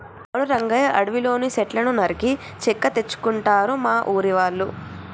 అవును రంగయ్య అడవిలోని సెట్లను నరికి చెక్క తెచ్చుకుంటారు మా ఊరి వాళ్ళు